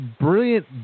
brilliant